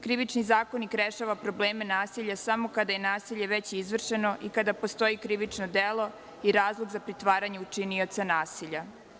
Krivični zakonik rešava probleme nasilja samo kada je nasilje već izvršeno i kada postoje krivična delo i razlog za pretvaranje u činioca nasilja.